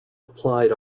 applied